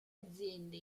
aziende